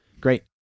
Great